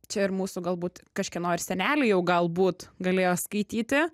čia ir mūsų galbūt kažkieno ir seneliai jau galbūt galėjo skaityti